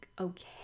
okay